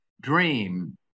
Dream